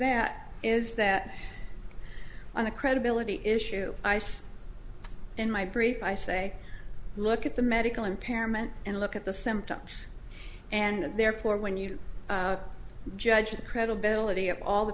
that is that on the credibility issue i said in my brief i say look at the medical impairment and look at the symptoms and therefore when you judge the credibility of all the